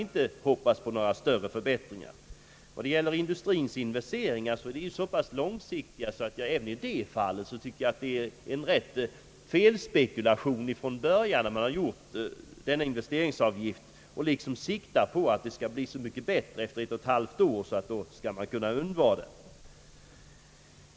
Vad gäller industriens investeringar är de så pass långsiktiga att jag även i det fallet tycker att det är en felspekulation från början att skapa denna investeringsavgift med sikte på att det skall vara så mycket bättre om ett och halvt år att man då skall kunna avveckla den.